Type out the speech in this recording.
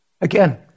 Again